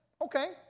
Okay